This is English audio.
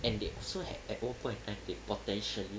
and they also had at one point in time they potentially